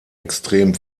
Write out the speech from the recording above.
extrem